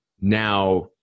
now